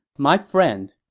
my friend,